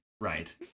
Right